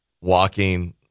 walking